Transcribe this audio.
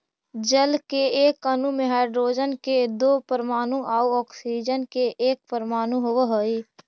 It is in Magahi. जल के एक अणु में हाइड्रोजन के दो परमाणु आउ ऑक्सीजन के एक परमाणु होवऽ हई